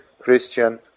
Christian